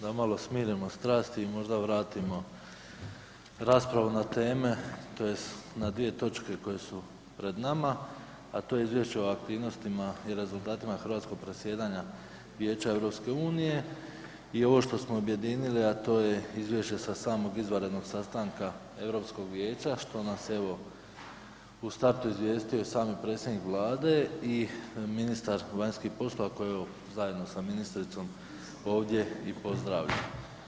Da malo smirimo strasti i možda vratimo raspravu na teme, tj. na dvije točke koje su pred nama, a to je Izvješće o aktivnostima i rezultatima hrvatskog predsjedanja Vijeća EU i ovo što smo objedinili, a to Izvješće sa samog izvanrednog sastanka Europskog vijeća što nas je evo u startu izvijestio i sami predsjednik Vlade i ministar vanjskih poslova koji je zajedno sa ministricom ovdje i pozdravio.